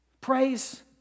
Praise